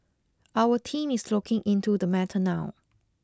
our team is looking into the matter now